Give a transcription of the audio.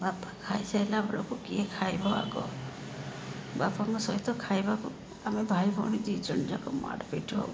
ବାପା ଖାଇ ସାରିଲା ବେଳକୁ କିଏ ଖାଇବ ଆଗ ବାପାଙ୍କ ସହିତ ଖାଇବାକୁ ଆମେ ଭାଇ ଭଉଣୀ ଦୁଇଜଣ ଯାକ ମାଡ଼ ପିଟ୍ ହଉ